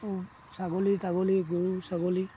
ছাগলী তাগলী গৰু ছাগলী